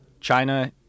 China